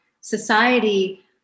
society